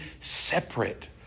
separate